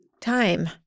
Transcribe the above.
time